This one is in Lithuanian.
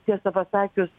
tiesą pasakius